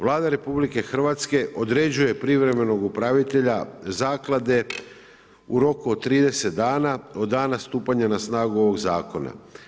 Vlada RH određuje privremenog upravitelja Zaklade u roku od 30 dana od dana stupanja na snagu ovog Zakona.